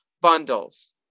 bundles